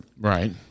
Right